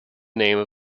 name